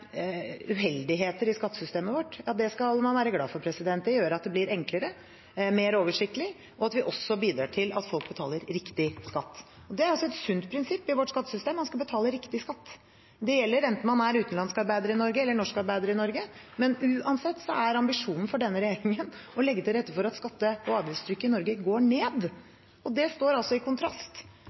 uheldigheter i skattesystemet vårt, skal man være glad for. Det gjør at det blir enklere og mer oversiktlig, og at vi også bidrar til at folk betaler riktig skatt. Det er et sunt prinsipp i vårt skattesystem: Man skal betale riktig skatt. Det gjelder enten man er utenlandsk arbeider i Norge eller norsk arbeider i Norge. Uansett er ambisjonen til denne regjeringen å legge til rette for at skatte- og avgiftstrykket i Norge går ned. Det står i kontrast